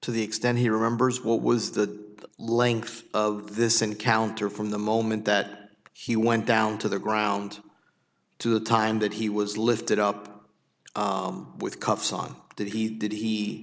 to the extent he remembers what was the length of this encounter from the moment that he went down to the ground to the time that he was lifted up with cuffs on did he did he